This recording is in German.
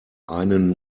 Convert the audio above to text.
einen